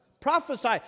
Prophesy